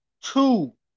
two